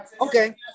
Okay